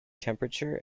temperature